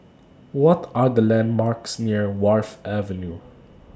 What Are The landmarks near Wharf Avenue